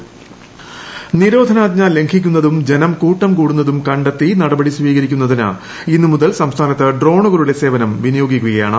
drone നിരോധനാജ്ഞ ലംഘിക്കുന്നതും ജനം കൂട്ടംകൂടുന്നതും കണ്ടെത്തി നടപടി സ്വീകരിക്കുന്നതിന് ഇന്നു മുതൽ സംസ്ഥാനത്ത് ഡ്രോണുകളുടെ സേവനം വിനിയോഗിക്കുകയാണ്